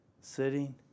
sitting